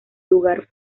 lugar